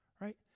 right